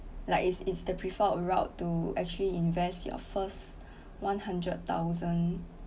like is is the preferred route to actually invest your first one hundred thousand